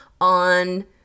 on